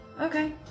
Okay